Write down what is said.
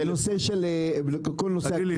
מה עוד?